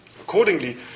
Accordingly